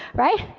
right?